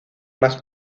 más